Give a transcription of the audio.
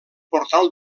portal